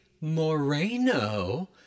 Moreno